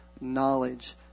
knowledge